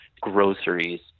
groceries